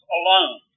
alone